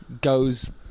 goes